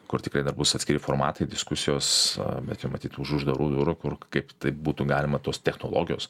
kur tikrai dar bus atskiri formatai diskusijos bet jau matyt už uždarų durų kur kaip tai būtų galima tos technologijos